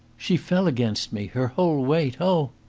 she fell against me her whole weight. oh!